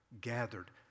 gathered